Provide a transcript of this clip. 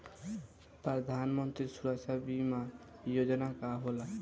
प्रधानमंत्री सुरक्षा बीमा योजना का होला?